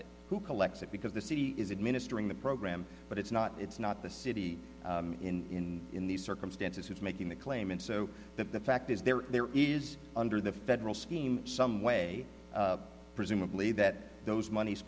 it who collects it because the city is administering the program but it's not it's not the city in in these circumstances who's making the claim and so the fact is there there is under the federal scheme some way presumably that those mon